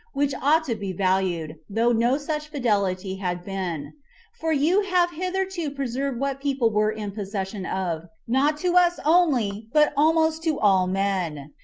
which ought to be valued, though no such fidelity had been for you have hitherto preserved what people were in possession of, not to us only, but almost to all men,